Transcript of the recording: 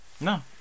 No